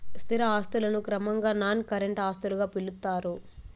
స్థిర ఆస్తులను క్రమంగా నాన్ కరెంట్ ఆస్తులుగా పిలుత్తారు